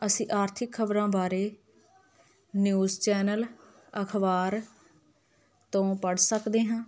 ਅਸੀਂ ਆਰਥਿਕ ਖਬਰਾਂ ਬਾਰੇ ਨਿਊਜ਼ ਚੈਨਲ ਅਖਬਾਰ ਤੋਂ ਪੜ੍ਹ ਸਕਦੇ ਹਾਂ